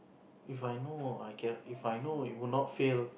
If I know I can If I know you would not fail